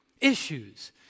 Issues